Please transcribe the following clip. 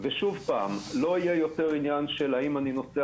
ושוב לא יהיה יותר עניין של האם אני נוסע